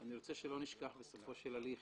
אני רוצה שלא נשכח בסופו של הליך,